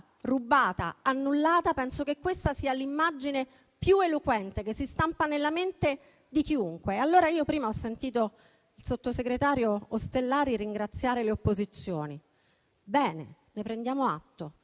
rubata, annullata, penso che questa sia l'immagine più eloquente che si stampa nella mente di chiunque. Prima ho sentito il sottosegretario Ostellari ringraziare le opposizioni. Bene, ne prendiamo atto,